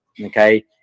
okay